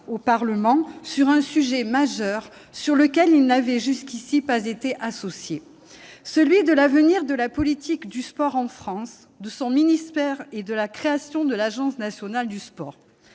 le Parlement sur un sujet majeur auquel celui-ci n'avait jusqu'ici pas été associé : l'avenir de la politique du sport en France, de son ministère et la création de l'Agence nationale du sport.